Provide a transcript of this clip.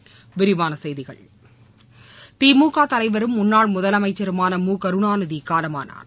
இனிவிரிவானசெய்திகள் திமுகதலைவரும் முன்னாள் முதலமைச்சருமான முகருணாநிதிகாலமானார்